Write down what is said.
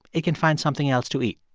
it can find something else to eat.